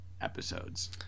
episodes